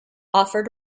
offered